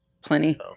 plenty